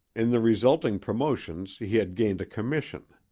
in the resulting promotions he had gained a commission.